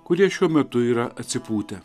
kurie šiuo metu yra atsipūtę